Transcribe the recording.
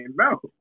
No